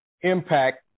impact